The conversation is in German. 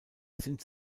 sind